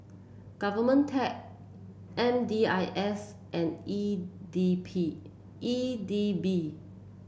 Govtech M D I S and E D P E D B